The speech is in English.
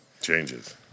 Changes